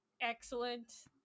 excellent